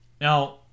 now